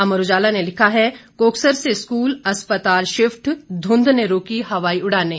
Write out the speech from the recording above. अमर उजाला ने लिखा है कोकसर से स्कूल अस्पताल शिफ्ट धुंध ने रोकी हवाई उड़ानें